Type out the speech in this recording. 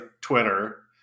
Twitter